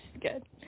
good